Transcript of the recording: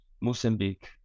Mozambique